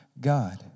God